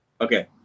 Okay